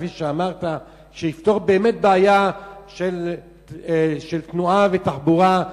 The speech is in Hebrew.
וכפי שאמרת זה יפתור באמת בעיה של תנועה ותחבורה,